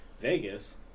Vegas